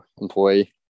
employee